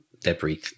debris